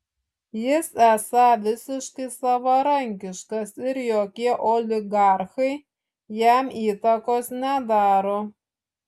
jis esą visiškai savarankiškas ir jokie oligarchai jam įtakos nedaro